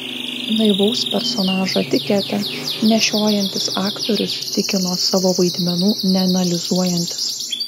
naivaus personažo etiketę nešiojantis aktorius tikino savo vaidmenų neanalizuojantis